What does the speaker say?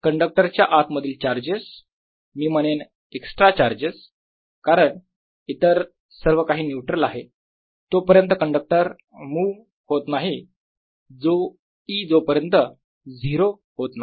तर कंडक्टर च्या आत मधील चार्जेस मी म्हणेन एक्स्ट्रा चार्जेस कारण इतर सर्व काही न्यूट्रल आहे तोपर्यंत कंडक्टर मुव्ह होत राहील E जोपर्यंत 0 होत नाही